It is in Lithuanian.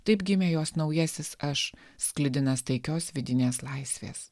taip gimė jos naujasis aš sklidinas taikios vidinės laisvės